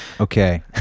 Okay